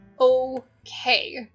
okay